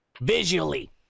Visually